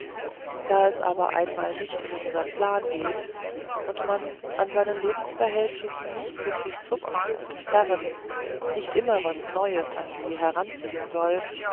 da es aber einmal nicht in unsern plan geht und man an seinen lebensverhältnissen nicht soviel zupfen und zerren nicht immer was neues an sie heranziehen soll